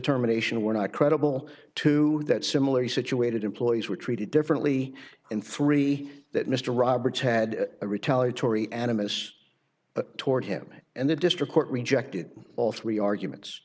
terminations were not credible two that similarly situated employees were treated differently and three that mr roberts had a retaliatory animists toward him and the district court rejected all three arguments